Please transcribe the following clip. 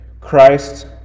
Christ